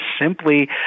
simply